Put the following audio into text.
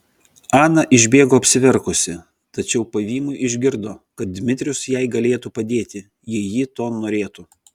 ana išbėgo apsiverkusi tačiau pavymui išgirdo kad dmitrijus jai galėtų padėti jei ji to norėtų